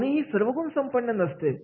कोणीही सर्वगुणसंपन्न नसते